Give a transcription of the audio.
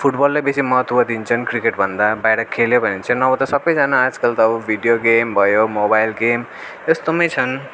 फुटबललाई बेसी महत्त्व दिन्छन् क्रिकेटभन्दा बाहिर खेल्यो भने चाहिँ नभए त सबैजना आजकल त अब भिडियो गेम भयो मोबाइल गेम त्यस्तोमै छन्